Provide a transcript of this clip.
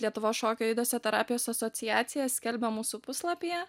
lietuvos šokio judesio terapijos asociacija skelbia mūsų puslapyje